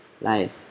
life